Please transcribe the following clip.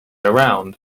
around